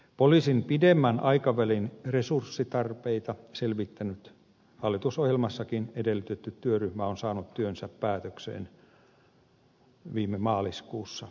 poliisin pidemmän aikavälin resurssitarpeita selvittänyt hallitusohjelmassakin edellytetty työryhmä on saanut työnsä päätökseen viime maaliskuussa